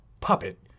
puppet